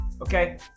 okay